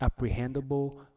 apprehendable